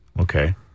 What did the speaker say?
okay